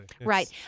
Right